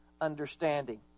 understanding